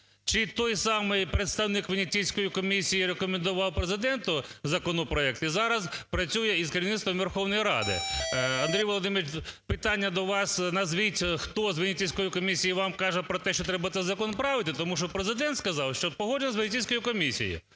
чи той самий представник Венеційської комісії рекомендував Президенту законопроект і зараз працює із керівництвом Верховної Ради. Андрій Володимирович, питання до вас. Назвіть, хто з Венеційської комісії вам каже про те, що треба цей закон правити, тому що Президент сказав, що погоджено з Венеційською комісією.